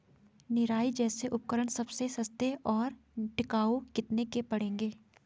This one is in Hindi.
निराई जैसे उपकरण सबसे सस्ते और टिकाऊ कितने के पड़ेंगे?